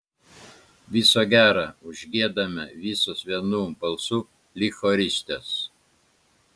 viso gero užgiedame visos vienu balsu lyg choristės